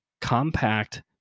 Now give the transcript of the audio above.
compact